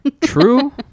True